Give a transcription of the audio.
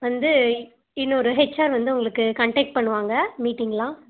வந்து இன்னொரு ஹெச்ஆர் வந்து உங்களுக்கு கன்டெக்ட் பண்ணுவாங்க மீட்டிங் எல்லாம்